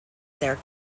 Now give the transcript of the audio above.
their